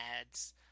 ads